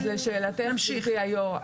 אז לשאלתך, גברתי היו"ר.